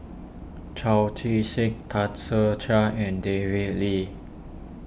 Chao Tzee Cheng Tan Ser Cher and David Lee